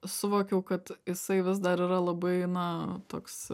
suvokiau kad jisai vis dar yra labai na toks